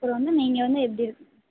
அப்புறம் வந்து நீங்கள் வந்து எப்படி இருக்கும்